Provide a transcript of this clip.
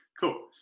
cool